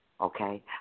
okay